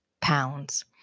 pounds